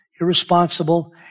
irresponsible